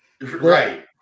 right